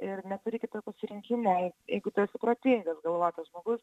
ir neturi kito pasirinkimo jeigu tu esi protingas galvotas žmogus